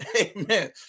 Amen